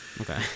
okay